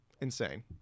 Insane